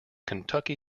kentucky